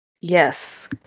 Yes